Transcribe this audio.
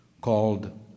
called